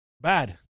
bad